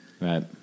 right